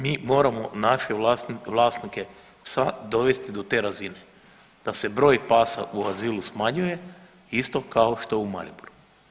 Mi moramo naše vlasnike sad dovesti do te razine da se broj pasa u azilu smanjuje isto kao što u Mariboru.